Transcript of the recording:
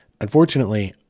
unfortunately